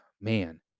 man